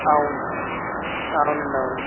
అవును అవునండి అవును